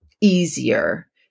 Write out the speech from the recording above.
easier